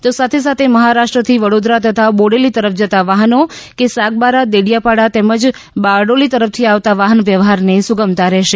તો સાથે સાથે મહારાષ્રથી વડોદરા તથા બોડેલી તરફ જતા વાહનો કે સાગબારા દેડિયાપાડા તેમજ બારડોલી તરફથી આવતા વાહનવ્યવહારને સુગમતા રહેશે